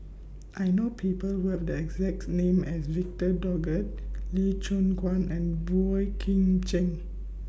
I know People Who Have The exact name as Victor Doggett Lee Choon Guan and Boey Kim Cheng